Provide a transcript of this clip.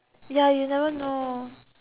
ya you never know